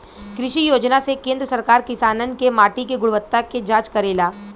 कृषि योजना से केंद्र सरकार किसानन के माटी के गुणवत्ता के जाँच करेला